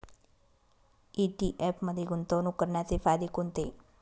ETF मध्ये गुंतवणूक करण्याचे फायदे कोणते?